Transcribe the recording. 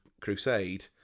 Crusade